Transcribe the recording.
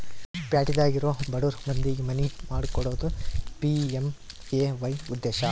ಪ್ಯಾಟಿದಾಗ ಇರೊ ಬಡುರ್ ಮಂದಿಗೆ ಮನಿ ಮಾಡ್ಕೊಕೊಡೋದು ಪಿ.ಎಮ್.ಎ.ವೈ ಉದ್ದೇಶ